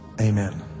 amen